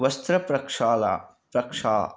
वस्त्रप्रक्षालार्थं प्रक्षालः